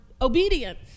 obedience